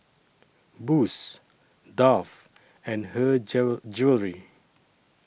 Boost Dove and Her Jewellery